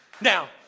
Now